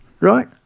right